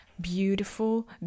beautiful